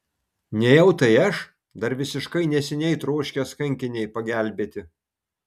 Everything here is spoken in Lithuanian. nejau tai aš dar visiškai neseniai troškęs kankinei pagelbėti